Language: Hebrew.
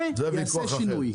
זה יעשה שינוי.